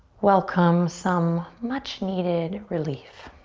welcome some much needed relief.